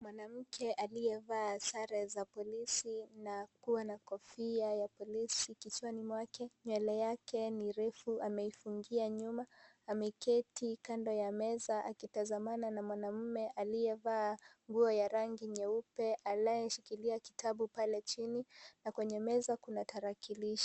Mwanamke aliyevaa sare za polisi na kuwa na kofia ya polisi kichwani mwake, nywele yake ni refu ameifungia nyuma. Ameketi kando ya meza akitazamana na mwanamme aliyevaa nguo ya rangi nyeupe anayeshikilia kitabu pale chini na kwenye meza kuna tarakilishi.